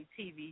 TV